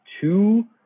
two